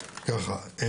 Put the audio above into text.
סיכום,